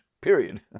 period